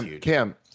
Cam